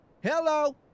Hello